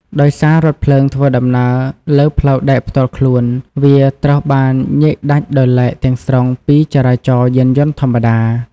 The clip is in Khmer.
ដោយសាររថភ្លើងធ្វើដំណើរលើ ផ្លូវដែកផ្ទាល់ខ្លួន វាត្រូវបានញែកដាច់ដោយឡែកទាំងស្រុងពីចរាចរណ៍យានយន្តធម្មតា។